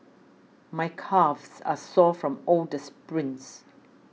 my calves are sore from all the sprints